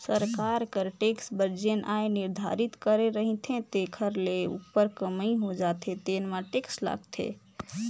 सरकार कर टेक्स बर जेन आय निरधारति करे रहिथे तेखर ले उप्पर कमई हो जाथे तेन म टेक्स लागथे